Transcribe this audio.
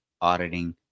auditing